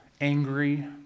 angry